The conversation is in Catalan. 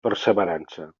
perseverança